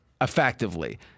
effectively